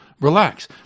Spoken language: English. relax